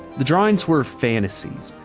the drawings were fantasies.